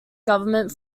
government